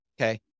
Okay